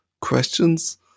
questions